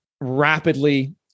rapidly